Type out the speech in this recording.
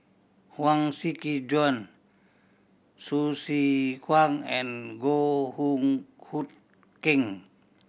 Huang Shiqi Joan Hsu Tse Kwang and Goh Hoo Hood Keng